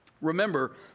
Remember